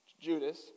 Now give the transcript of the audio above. Judas